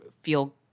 feel